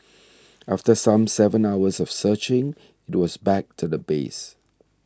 after some seven hours of searching it was back to the base